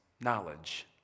knowledge